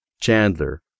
Chandler